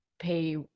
pay